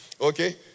Okay